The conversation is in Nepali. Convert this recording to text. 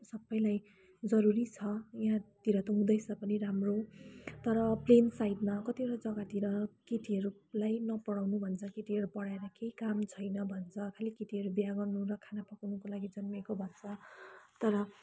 सबैलाई जरुरी छ यहाँतिर त हुँदैछ पनि राम्रो तर प्लेन साइडमा कतिवटा जग्गातिर केटीहरूलाई नपढाउनु भन्छ केटीहरू पढाएर केही काम छैन भन्छ खालि केटीहरू बिहा गर्नु र खाना पकाउनुको लागि जन्मेको भन्छ तर